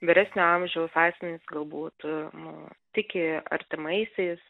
vyresnio amžiaus asmenys galbūt nu tiki artimaisiais